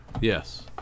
Yes